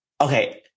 okay